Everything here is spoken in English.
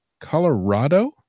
Colorado